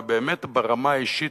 ובאמת ברמה האישית,